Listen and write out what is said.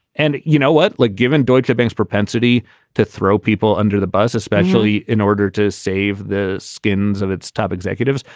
and you know what? like given deutschebank propensity to throw people under the bus, especially in order to save the skins of its top executives,